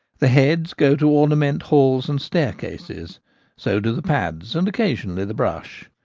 the heads go to ornament halls and staircases so do the pads and occasionally the brush.